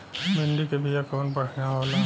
भिंडी के बिया कवन बढ़ियां होला?